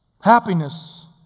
Happiness